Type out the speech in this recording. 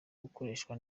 gukoreshwa